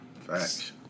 Facts